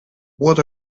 what